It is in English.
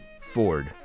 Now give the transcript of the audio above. Ford